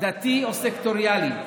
דתי או סקטוריאלי,